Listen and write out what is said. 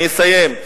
אני אסיים.